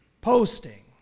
posting